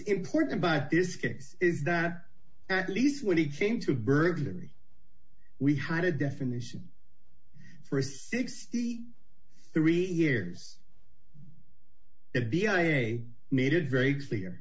important about this case is that at least when he came to burglary we had a definition for sixty three years to be i made it very clear